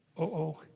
oh?